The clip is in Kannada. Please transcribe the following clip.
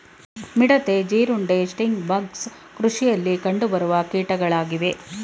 ಮಿಡತೆ, ಜೀರುಂಡೆ, ಸ್ಟಿಂಗ್ ಬಗ್ಸ್ ಕೃಷಿಯಲ್ಲಿ ಕಂಡುಬರುವ ಕೀಟಗಳಾಗಿವೆ